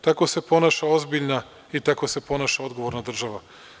Tako se ponaša ozbiljna i tako se ponaša odgovorna država.